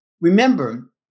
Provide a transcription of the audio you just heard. Remember